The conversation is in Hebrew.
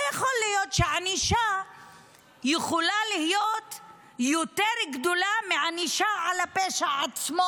שהענישה יכולה להיות יותר גדולה מהענישה על הפשע עצמו,